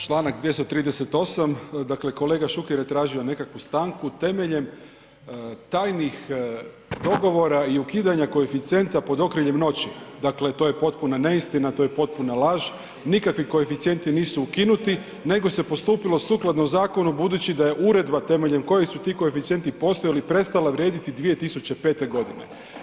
Čl. 238., dakle kolega Šuker je tražio nekakvu stanku temeljem tajnih dogovora i ukidanja koeficijenta pod okriljem noći, dakle to je potpuna neistina, to je potpuna laž, nikakvi koeficijenti nisu ukinuti nego se postupilo sukladno zakonu budući da je uredba temeljem koje su ti koeficijenti postojali, prestala vrijediti 2005. godine.